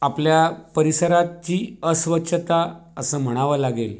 आपल्या परिसराची अस्वच्छता असं म्हणावं लागेल